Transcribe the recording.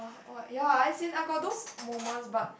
oh ya I seen I got those moments but